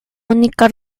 única